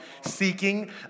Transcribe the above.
seeking